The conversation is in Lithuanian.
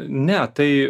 ne tai